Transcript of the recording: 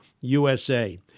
USA